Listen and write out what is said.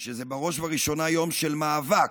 שבראש ובראשונה זה יום של מאבק.